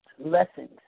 Lessons